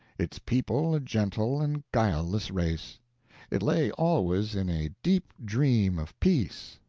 its people a gentle and guileless race it lay always in a deep dream of peace,